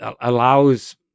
allows